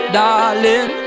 darling